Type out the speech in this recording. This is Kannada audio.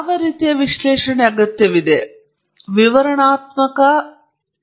ಆದ್ದರಿಂದ ನಾವು ಡೇಟಾ ವಿಶ್ಲೇಷಣೆಗೆ ಮುನ್ನ ಮೊದಲ ಹಂತವು ನಾವು ಕಲಿತಂತೆ ಕೆಲವು ಪ್ರಾಥಮಿಕ ಪ್ರಶ್ನೆಗಳನ್ನು ಕೇಳುವುದು